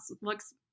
looks